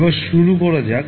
এবার শুরু করা যাক